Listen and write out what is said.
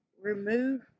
Remove